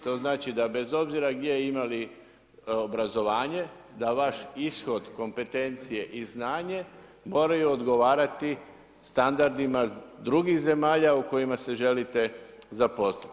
To znači da bez obzira gdje imali obrazovanje, da vaš ishod, kompetencije i znanje, moraju odgovarati standardima, drugih zemalja u kojima se želite zaposliti.